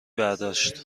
برداشت